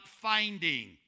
finding